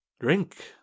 Drink